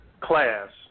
class